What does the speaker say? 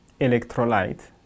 electrolyte